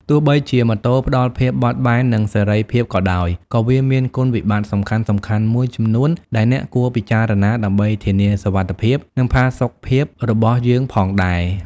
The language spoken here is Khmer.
ទោះបីជាម៉ូតូផ្ដល់ភាពបត់បែន និងសេរីភាពក៏ដោយ ក៏វាមានគុណវិបត្តិសំខាន់ៗមួយចំនួនដែលអ្នកគួរពិចារណា ដើម្បីធានាសុវត្ថិភាព និងផាសុកភាពរបស់យើងផងដែរ។